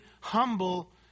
humble